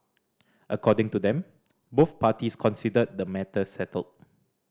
according to them both parties consider the matter settled